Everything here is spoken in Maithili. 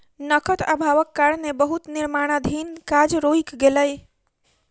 नकद अभावक कारणें बहुत निर्माणाधीन काज रुइक गेलै